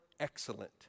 excellent